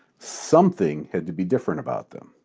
something had to be different about them.